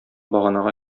баганага